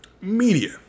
Media